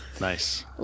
nice